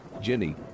Jenny